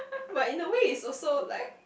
but in a way is also like